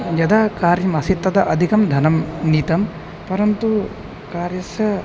यदा कार्यम् आसीत् तदा अधिकं धनं नीतं परन्तु कार्यस्य